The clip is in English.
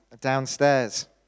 downstairs